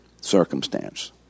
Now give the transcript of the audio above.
circumstance